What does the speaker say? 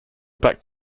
back